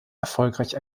erfolgreich